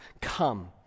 come